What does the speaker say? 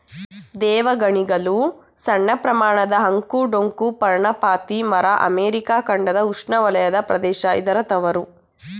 ದೇವಗಣಿಗಲು ಸಣ್ಣಪ್ರಮಾಣದ ಅಂಕು ಡೊಂಕು ಪರ್ಣಪಾತಿ ಮರ ಅಮೆರಿಕ ಖಂಡದ ಉಷ್ಣವಲಯ ಪ್ರದೇಶ ಇದರ ತವರು